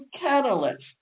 catalyst